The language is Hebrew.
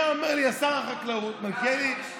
היה אומר לי אז שר החקלאות: מלכיאלי, זה